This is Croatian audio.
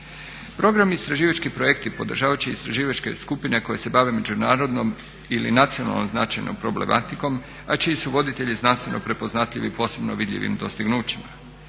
Program istraživački projekti podržavajući istraživačke skupine koje se bave međunarodnom ili nacionalno značajnom problematikom, a čiji su voditelji znanstveno prepoznatljivi posebno vidljivim dostignućima.